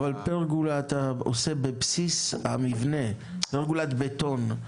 אבל פרגולה אתה עושה בבסיס המבנה, פרגולת בטון.